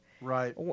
Right